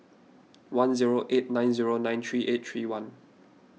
one zero eight nine zero nine three eight three one